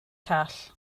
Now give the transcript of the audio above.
call